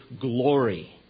glory